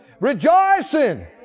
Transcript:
rejoicing